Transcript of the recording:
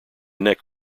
neck